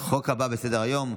החוק הבא שעל סדר-היום,